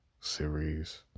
Series